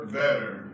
better